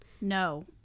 No